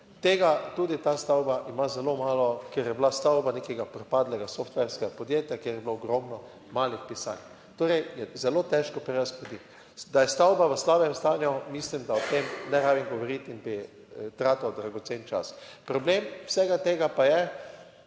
Tega tudi ta stavba ima zelo malo, ker je bila stavba nekega propadlega softwarskega podjetja, kjer je bilo ogromno malih pisarn, torej je zelo težko prerazporediti. Da je stavba v slabem stanju. Mislim, da o tem ne rabim govoriti in bi tratil dragocen čas. Problem vsega tega pa je